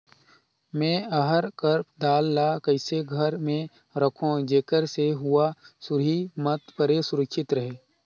मैं अरहर कर दाल ला कइसे घर मे रखों जेकर से हुंआ सुरही मत परे सुरक्षित रहे?